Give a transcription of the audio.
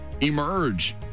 emerge